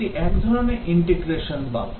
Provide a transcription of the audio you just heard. এটি এক ধরণের ইন্টিগ্রেশন বাগ